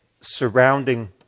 surrounding